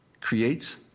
creates